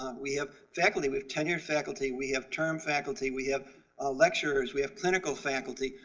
ah we have faculty, we have tenured faculty we have term faculty, we have ah lecturers, we have clinical faculty,